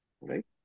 right